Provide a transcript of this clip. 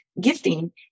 gifting